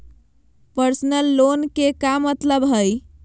Personal loan के का मतलब हई?